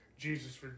Jesus